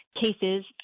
cases